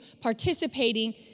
participating